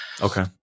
Okay